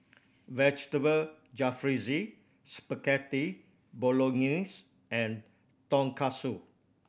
Vegetable Jalfrezi Spaghetti Bolognese and Tonkatsu